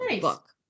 book